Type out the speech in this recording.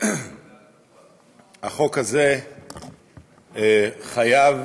החוק הזה חייב